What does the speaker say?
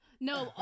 No